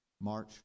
March